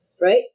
Right